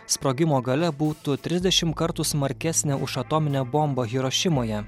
sprogimo galia būtų trisdešim kartų smarkesnė už atominė bomba hirošimoje